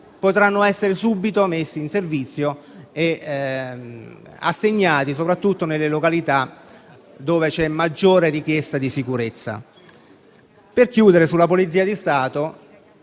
potranno essere messi subito in servizio e assegnati soprattutto nelle località dove c'è maggiore richiesta di sicurezza. Per chiudere, sulla Polizia di Stato,